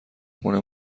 خونه